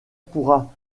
pourra